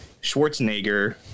Schwarzenegger